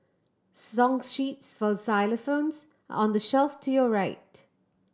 song sheets for xylophones on the shelf to your right